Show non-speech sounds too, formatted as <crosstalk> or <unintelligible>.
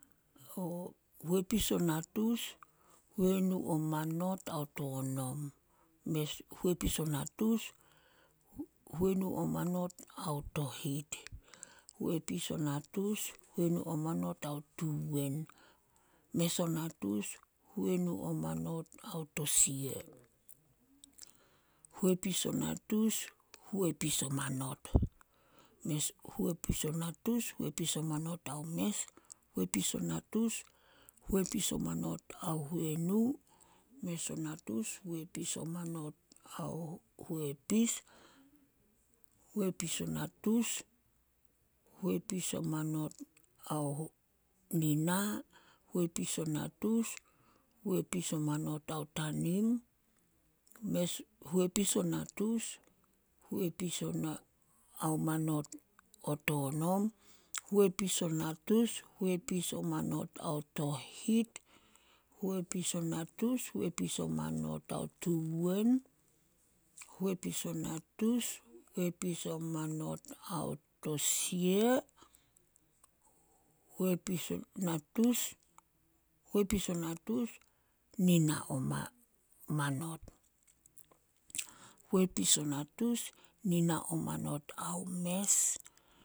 <hesitation> Huepis o natus huenu o manot ao tonom, <unintelligible> huepis o natus huenu o manot ao tohit, huepis o natus huenu o manot ao tuwen, mes o natus huenu o manot ao tosia, huepis o natus huepis o manot. <unintelligible> Huepis o natus huepis o manot ao mes, huepis o natus huepis o manot ao huenu, huepis o natus huepis o manot ao huepis, huepis o natus huepis o manot ao nina, huepis o natus huepis o manot ao tanim, <unintelligible> huepis o natus, <unintelligible> huepis o natus huepis o manot ao tohit, huepis o natus huepis o manot ao tuwen, huepis o natus huepis o manot ao tosia, huepis o natus- huepis o natus nina o ma- manot, huepis o natus nina o manot ao mes.